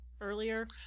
earlier